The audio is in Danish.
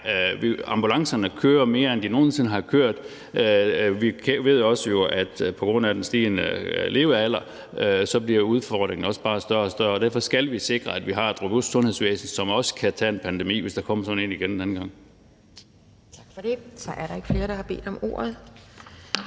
ambulancerne kører simpelt hen mere, end de nogen sinde har kørt, og vi ved også, at på grund af den stigende levealder bliver udfordringen bare større og større. Derfor skal vil sikre, at vi har et robust sundhedsvæsen, som også kan tage en pandemi, hvis der kommer sådan en igen en anden gang. Kl. 11:39 Anden næstformand (Pia Kjærsgaard): Tak